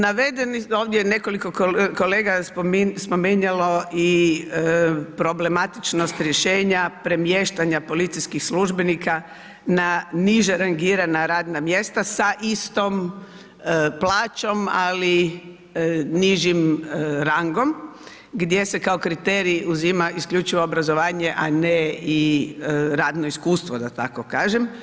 Navedeno, ovdje je nekoliko kolega spominjalo i problematičnost rješenja, premještanja policijskih službenika na niže rangiranja radna mjesta, sa istom plaćom, ali nižim rangom, gdje se kao kriterij, uzima isključivo obrazovanje a ne i radno iskustvo, da tako kažem.